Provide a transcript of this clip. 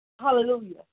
Hallelujah